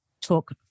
talk